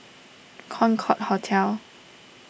Concorde Hotel